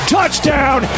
Touchdown